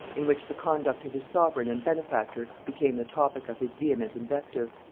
in which the conduct of his sovereign and benefactor became the topic of his vehement invective.